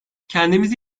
kendimizi